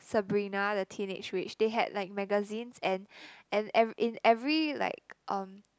Sabrina the teenage witch they had like magazines and and ev~ in every like um